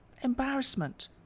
embarrassment